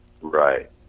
right